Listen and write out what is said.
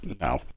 No